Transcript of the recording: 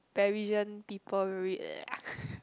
Parisian people read